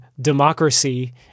democracy